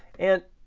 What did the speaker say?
and